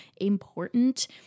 important